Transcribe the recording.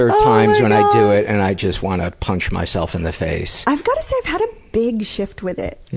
times when i do it and i just want to punch myself in the face. i've got to say, i've had a big shift with it. yeah?